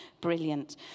brilliant